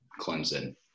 Clemson